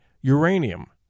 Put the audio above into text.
uranium